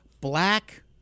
black